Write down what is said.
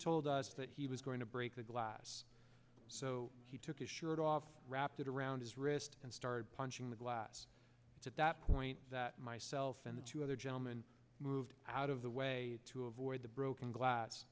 told us that he was going to break the glass so he took his shirt off wrapped it around his wrist and started punching the glass at that point that myself and the two other gentleman moved out of the way to avoid the broken glass